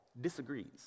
disagrees